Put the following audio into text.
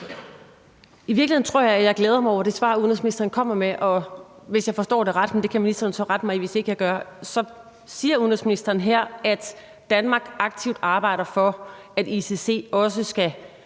I virkeligheden tror jeg, at jeg glæder mig over det svar, udenrigsministeren kommer med. Hvis jeg forstår det ret, og der kan ministeren så rette mig, hvis ikke jeg gør det, så siger udenrigsministeren her, at Danmark aktivt arbejder for, at ICC også skal